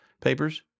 papers